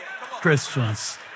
Christians